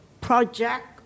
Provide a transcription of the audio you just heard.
project